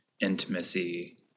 intimacy